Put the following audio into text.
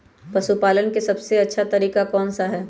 पशु पालन का सबसे अच्छा तरीका कौन सा हैँ?